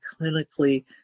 clinically